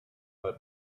but